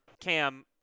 Cam